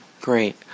great